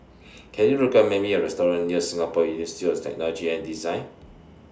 Can YOU recommend Me A Restaurant near Singapore University of Technology and Design